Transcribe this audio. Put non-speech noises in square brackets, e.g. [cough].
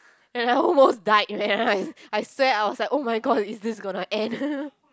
and I almost died man [laughs] I swear I was like oh-my-god is this gonna end [laughs]